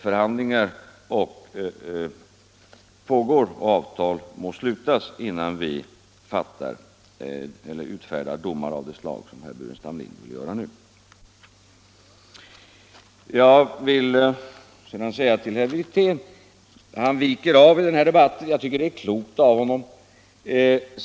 Förhandlingar pågår, och avtal må slutas innan vi utfärdar domar av det slag som herr Burenstam Linder vill komma med nu. Herr Wirtén viker av i den här debatten, och jag tycker det är klokt av honom.